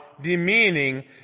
demeaning